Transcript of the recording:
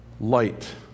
Light